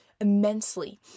immensely